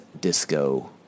disco